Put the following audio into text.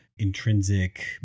intrinsic